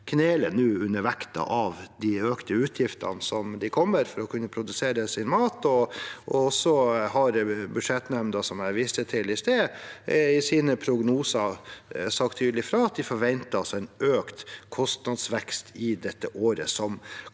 kneler under vekten av de økte utgiftene som kommer for at de skal kunne produsere mat. Så har budsjettnemnda – som jeg viste til i stad – i sine prognoser sagt tydelig fra om at de forventer en økt kostnadsvekst i året som